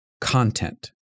content